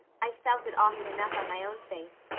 i've felt it often enough on my own face.